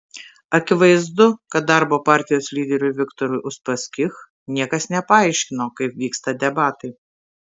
akivaizdu kad darbo partijos lyderiui viktorui uspaskich niekas nepaaiškino kaip vyksta debatai